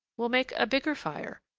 we'll make a bigger fire,